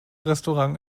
restaurant